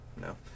No